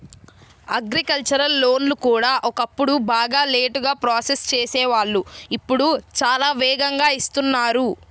agricultural లోన్లు కూడా ఒకప్పుడు బాగా లేటుగా ప్రాసెస్ చేసేవాళ్ళు ఇప్పుడు చాలా వేగంగా ఇస్తున్నారు